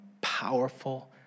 powerful